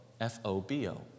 F-O-B-O